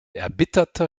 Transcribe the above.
erbitterter